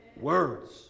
Words